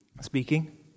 Speaking